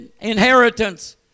inheritance